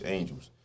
Angels